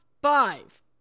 Five